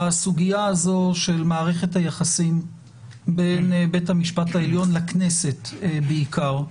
הסוגיה הזו של מערכת היחסים בין בית המשפט העליון לכנסת בעיקר,